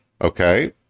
Okay